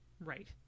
Right